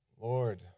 Lord